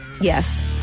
Yes